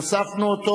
והוספנו אותו.